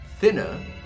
Thinner